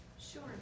Sure